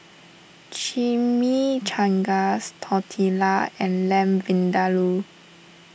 Chimichangas Tortillas and Lamb Vindaloo